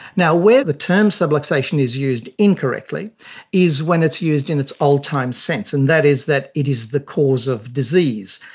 now, where the term subluxation is used incorrectly is when it's used in its old-time sense, and that is that it is the cause of disease,